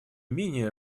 менее